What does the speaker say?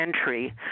entry